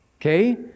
Okay